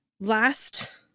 last